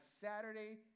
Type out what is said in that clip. Saturday